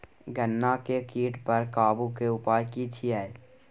गन्ना के कीट पर काबू के उपाय की छिये?